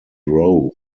row